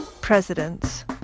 presidents